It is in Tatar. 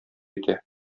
итә